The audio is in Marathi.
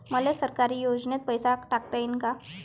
मले सरकारी योजतेन पैसा टाकता येईन काय?